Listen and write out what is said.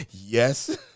Yes